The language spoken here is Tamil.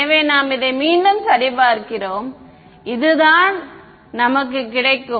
எனவே இதை நாம் மீண்டும் சரிபார்க்கிறோம் இதுதான் நமக்கு கிடைக்கும்